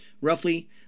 Roughly